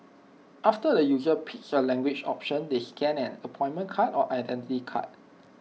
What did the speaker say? after the user picks A language option they scan an appointment card or Identity Card